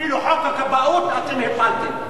אפילו חוק הכבאות אתם הפלתם.